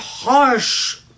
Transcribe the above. Harsh